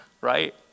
right